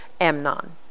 Amnon